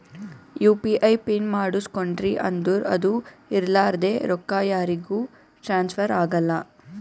you P I pin ಮಾಡುಸ್ಕೊಂಡ್ರಿ ಅಂದುರ್ ಅದು ಇರ್ಲಾರ್ದೆ ರೊಕ್ಕಾ ಯಾರಿಗೂ ಟ್ರಾನ್ಸ್ಫರ್ ಆಗಲ್ಲಾ